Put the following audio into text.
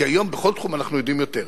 כי היום בכל תחום אנחנו יודעים יותר.